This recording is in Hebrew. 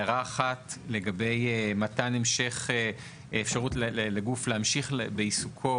הערה אחת לגבי מתן המשך אפשרות לגוף להמשיך בעיסוקו